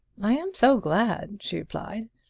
i am so glad, she replied.